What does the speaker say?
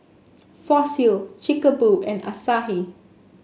Fossil Chic Boo and Asahi